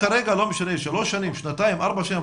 כרגע לא משנה אם מדובר בשלוש שנים או בשנתיים או בארבע שנים,